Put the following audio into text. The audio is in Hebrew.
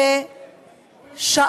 בזכות